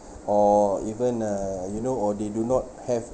or even uh you know or they do not have